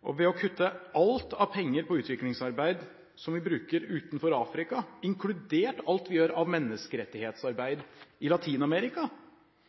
og ved å kutte alle penger til utviklingsarbeid utenom Afrika, inkludert alt vi gjør av menneskerettighetsarbeid i